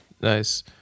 Nice